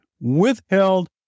withheld